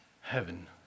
heaven